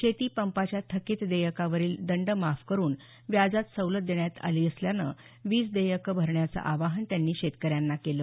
शेती पंपाच्या थकित देयकावरील दंड माफ करुन व्याजात सवलत देण्यात आली असल्यानं वीज देयक भरण्याचं आवाहन त्यांनी शेतकऱ्यांना केलं